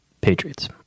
Patriots